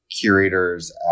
curators